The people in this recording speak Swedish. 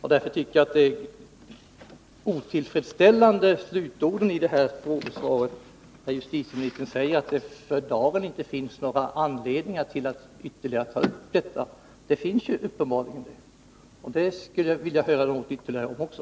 Slutorden i justitieministerns frågesvar är därför otillfredsställande. Justitieministern säger nämligen att det för dagen inte finns anledning att ytterligare ta upp detta. Men uppenbarligen finns det anledning att göra det. Också på den punkten skulle jag vilja ha ytterligare besked.